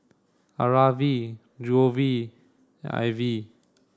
Aarav we we at Ivie